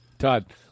Todd